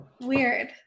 weird